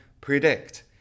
predict